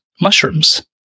mushrooms